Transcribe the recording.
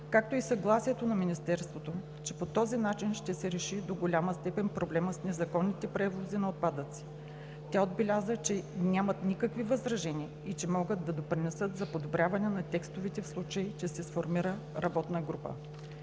както и съгласието на Министерството, че по този начин ще се реши до голяма степен проблемът с незаконните превози на отпадъци. Тя отбеляза, че нямат никакви възражения и че могат да допринесат за подобряване на текстовете, в случай че се сформира работна група.